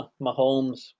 Mahomes